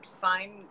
find